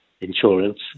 insurance